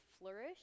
flourish